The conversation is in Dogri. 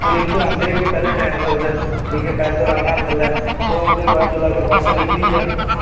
हून इत्थुआं आंदे बी मिगी टैम लगदा ऐ ठीक ऐ पैद्दल आना थल्लै भांएं ओह्दे बाद बस्स निकली जा